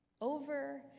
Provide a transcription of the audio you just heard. over